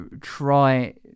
try